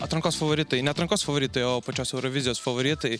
atrankos favoritai ne atrankos favoritai o pačios eurovizijos favoritai